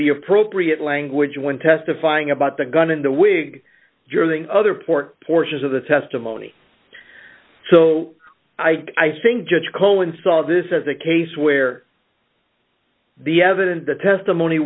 the appropriate language when testifying about the gun in the wig during other port portions of the testimony so i think judge cohen saw this as a case where the evidence the testimony